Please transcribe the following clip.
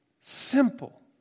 simple